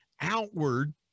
outward